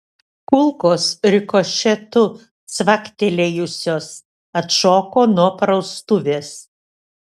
kulkos rikošetu cvaktelėjusios atšoko nuo praustuvės